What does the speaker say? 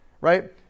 right